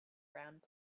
round